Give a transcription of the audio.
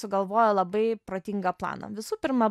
sugalvojo labai protingą planą visų pirma